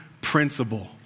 principle